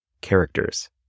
characters